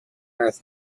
earth